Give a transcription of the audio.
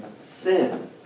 sin